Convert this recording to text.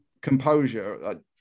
composure